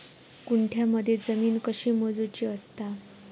गुंठयामध्ये जमीन कशी मोजूची असता?